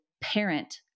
parent